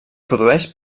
produeix